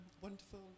wonderful